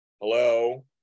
hello